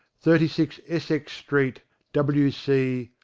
thirty six essex street, w c.